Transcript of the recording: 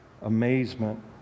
amazement